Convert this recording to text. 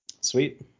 Sweet